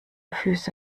füße